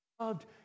loved